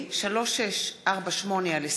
הצעת חוק קליטת